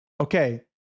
Okay